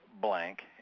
blank